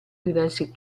diversi